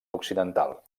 occidental